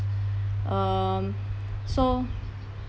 um so